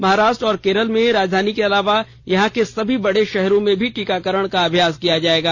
महाराष्ट्र और केरल में राजधानी के अलावा यहाँ के सभी बड़े शहरों में भी टीकाकरण का अभ्यास किया जाएगा